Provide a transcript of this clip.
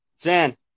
Zan